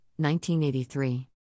1983